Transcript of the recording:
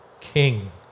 king